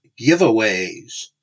giveaways